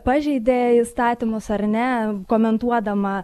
pažeidė įstatymus ar ne komentuodama